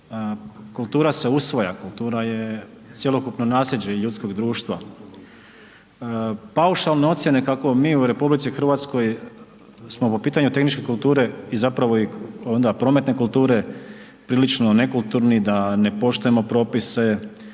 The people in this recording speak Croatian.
kultura se usvaja, kultura je cjelokupno nasljeđe ljudskog društva. Paušalne ocijene kako mi u RH smo po pitanju tehničke kulture i zapravo i onda prometne kulture prilično nekulturni, da ne poštujemo propise,